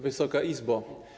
Wysoka Izbo!